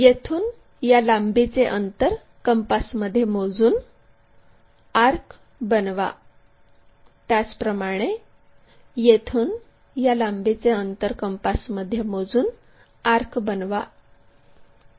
येथून या लांबीचे अंतर कंपासमध्ये मोजून आर्क बनवा त्याचप्रमाणे येथून या लांबीचे अंतर कंपासमध्ये मोजून आर्क बनवा